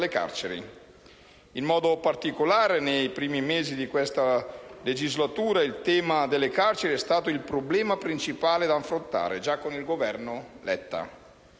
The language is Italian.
carceri. In modo particolare, nei primi mesi di questa legislatura, il tema delle carceri è stato ritenuto il problema principale da affrontare, già con il governo Letta,